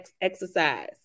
exercise